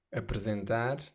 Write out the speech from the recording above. apresentar